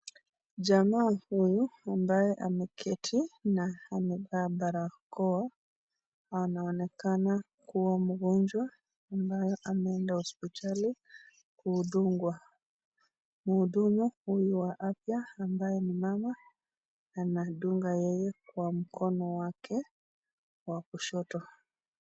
Jamaa huyu ambaye ameketi na amevaa barakao anaonekana kuwa mgonjwa na ambaye ameenda hospitali kudungwa . Mhudumu huyu wa afya ambaye ni mama anadunga yeye kwa mkono wake wa kushoto.